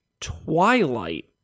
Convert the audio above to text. Twilight